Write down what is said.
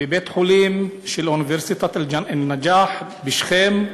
בבית-החולים של אוניברסיטת א-נג'אח בשכם,